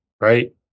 right